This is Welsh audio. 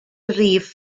rif